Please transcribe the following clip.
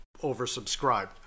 oversubscribed